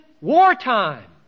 wartime